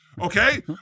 Okay